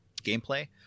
gameplay